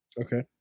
Okay